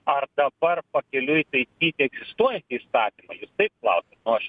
ar dabar pakeliui taisyt egzistuojantį įstatymą jūs taip klausiat nu aš